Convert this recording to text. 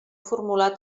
formular